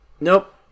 Nope